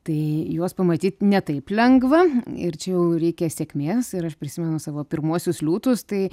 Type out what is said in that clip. tai juos pamatyt ne taip lengva ir čia jau reikia sėkmės ir aš prisimenu savo pirmuosius liūtus tai